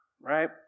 right